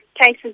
cases